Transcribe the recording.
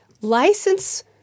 license